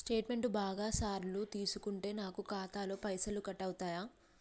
Statement బాగా సార్లు తీసుకుంటే నాకు ఖాతాలో పైసలు కట్ అవుతయా?